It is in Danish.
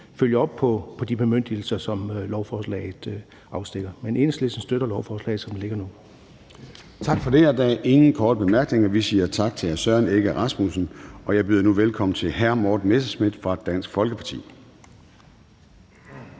følger op på de bemyndigelser, som lovforslaget afstikker. Men Enhedslisten støtter lovforslaget, som det ligger nu. Kl. 10:22 Formanden (Søren Gade): Tak for det. Der er ingen korte bemærkninger. Vi siger tak til hr. Søren Egge Rasmussen, og jeg byder nu velkommen til hr. Morten Messerschmidt fra Dansk Folkeparti.